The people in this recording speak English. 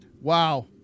wow